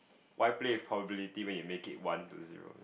why play with probability when you make it one to zero